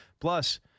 Plus